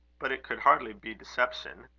but it could hardly be deception.